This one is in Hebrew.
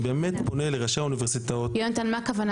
אני באמת פונה לראשי האוניברסיטאות --- יהונתן מה הכוונה